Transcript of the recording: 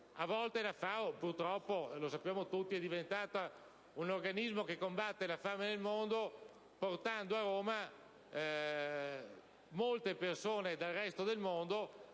la FAO - lo sappiamo tutti - è diventata un organismo che combatte la fame nel mondo portando a Roma molte persone del resto del mondo,